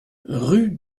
rue